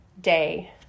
day